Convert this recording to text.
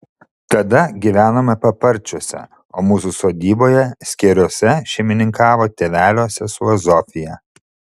tada gyvenome paparčiuose o mūsų sodyboje skėriuose šeimininkavo tėvelio sesuo zofija